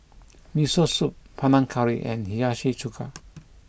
Miso Soup Panang Curry and Hiyashi Chuka